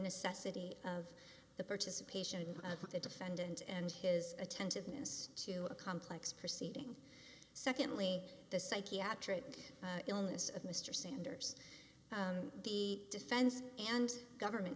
necessity of the participation of the defendant and his attentiveness to a complex proceeding secondly the psychiatric illness of mr sanders the defense and government